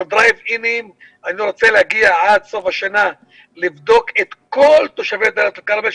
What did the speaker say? עם הדרייב-אינים ואני רוצה עד סוף השנה לבדוק את כל תושבי דלית אל כרמל,